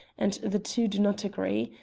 and the two do not agree.